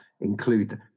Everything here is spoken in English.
include